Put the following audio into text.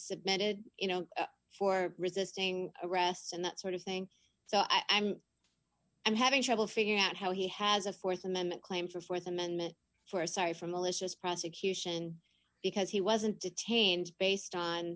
submitted you know for resisting arrest and that sort of thing so i am i'm having trouble figuring out how he has a th amendment claim for th amendment where sorry for malicious prosecution because he wasn't detained based on